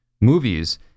movies